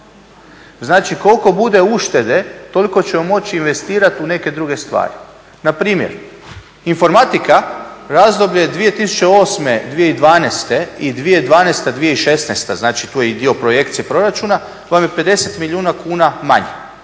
znači koliko bude uštede toliko ćemo moći investirati u neke druge stvari. Npr. informatika razdoblje 2008.-2012.i 2012.-2016.znači tu je i dio projekcije proračuna vam je 50 milijuna kuna manje